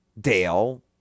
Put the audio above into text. Dale